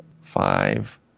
five